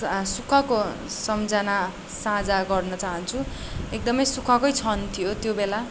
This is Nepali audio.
सुखको सम्झना साझा गर्नु चाहन्छु एकदमै सुखकै क्षण थियो त्योबेला